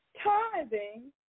Tithing